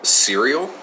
cereal